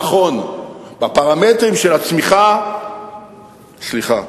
נכון, בפרמטרים של הצמיחה, סליחה,